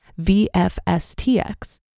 VFSTX